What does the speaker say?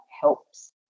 helps